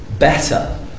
better